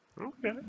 okay